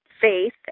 faith